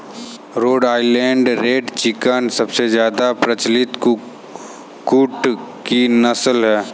road Island red chicken सबसे ज्यादा प्रचलित कुक्कुट की नस्ल है